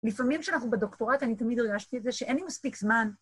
לפעמים כשאנחנו בדוקטורט אני תמיד הרגשתי את זה שאין לי מספיק זמן.